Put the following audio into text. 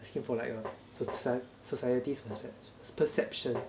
asking for like err societ~ society's perspec~ perception